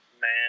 man